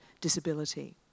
disability